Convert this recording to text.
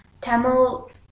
Tamil